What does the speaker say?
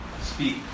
Speak